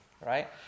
Right